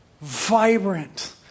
vibrant